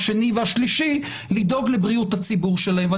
השני והשלישי לדאוג לבריאות הציבור שלהם,